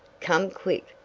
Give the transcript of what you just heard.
come quick!